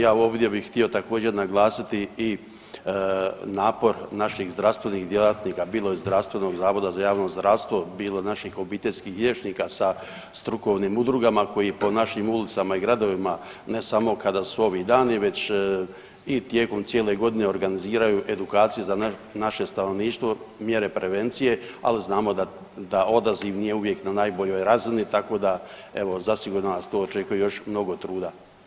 Ja ovdje bih htio također naglasiti i napor naših zdravstvenih djelatnika bilo iz HZJZ-a, bilo naših obiteljskih liječnika sa strukovnim udrugama koji po našim ulicama i gradovima ne samo kada su ovi dani već i tijekom cijele godine organiziraju edukacije za naše stanovništvo mjere prevencije, ali znamo da odaziv nije uvijek na najboljoj razini, tako da evo zasigurno nas tu očekuje još mnogo truda.